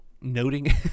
noting